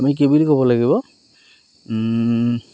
আমি কি বুলি ক'ব লাগিব